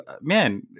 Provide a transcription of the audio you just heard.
man